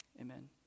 Amen